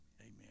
Amen